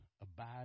abide